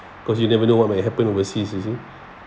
cause you never know what might happen overseas you see